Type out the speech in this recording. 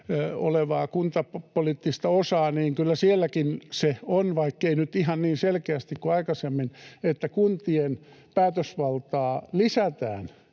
olevaa kuntapoliittista osaa, niin kyllä sielläkin se on — vaikkei nyt ihan niin selkeästi kuin aikaisemmin — että kuntien päätösvaltaa lisätään